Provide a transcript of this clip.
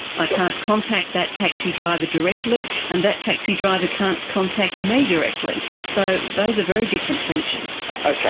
i can't contact that taxi driver directly, and that taxi driver can't contact me directly. so those are very different features. ah okay,